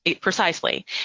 precisely